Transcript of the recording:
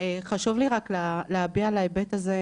חשוב לי רק לדבר על ההיבט הזה,